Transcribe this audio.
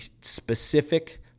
specific